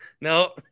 No